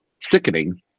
sickening